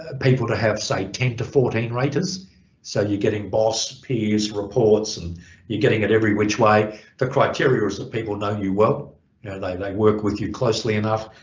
ah people to have say ten to fourteen raters so you're getting boss, peers, reports and you're getting it every which way the criteria is that people know you well. they work with you closely enough